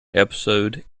episode